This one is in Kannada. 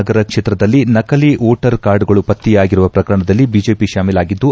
ನಗರ ಕ್ಷೇತ್ರದಲ್ಲಿ ನಕಲಿ ವೋಟರ್ ಕಾರ್ಡ್ಗಳು ಪತ್ತೆಯಾಗಿರುವ ಪ್ರಕರಣದಲ್ಲಿ ಬಿಜೆಪಿ ಶಾಮೀಲಾಗಿದ್ದು